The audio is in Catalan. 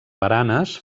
baranes